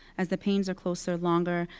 as the pains are closer, longer,